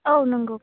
औ नंगौ